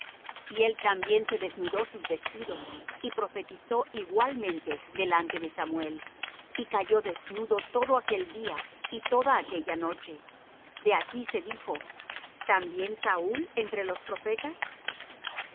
y él también se desnudó sus vestidos y profetizó igualmente delante de samuel y cayó desnudo todo aquel día y toda aquella noche de aquí se dijo también saúl entre los profetas